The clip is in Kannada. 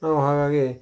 ಹಾಗಾಗಿ